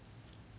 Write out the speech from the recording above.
没有啊:mei you a|e